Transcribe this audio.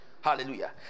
Hallelujah